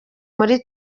muri